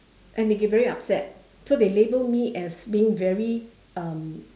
and they get very upset so they label me as being very um